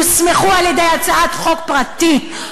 יוסמכו על-ידי הצעת חוק פרטית,